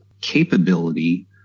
capability